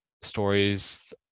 stories